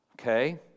Okay